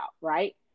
right